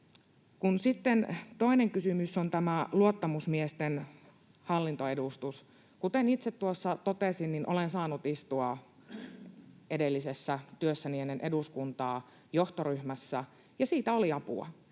Toinen kysymys on tämä luottamusmiesten hallintoedustus. Kuten itse tuossa totesin, niin olen saanut istua edellisessä työssäni, ennen eduskuntaa, johtoryhmässä, ja siitä oli apua.